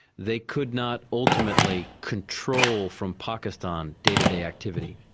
they could not ultimately control from pakistan day-to-day activity.